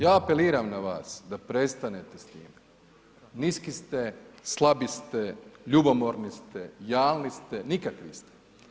Ja apeliram na vas da prestanete s tim, niski ste, slabi ste, ljubomorni ste, jalni ste, nikakvi ste.